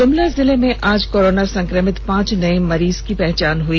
गुमला जिले में आज कोरोना संक्रमित पांच नये मरीजों की पहचान हुई